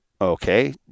Okay